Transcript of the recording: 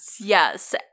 Yes